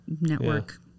Network